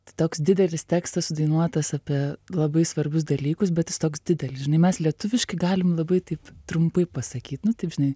toks didelis tekstas sudainuotas apie labai svarbius dalykus bet jis toks didelis žinai mes lietuviškai galim labai taip trumpai pasakyt nu taip žinai